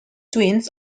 twins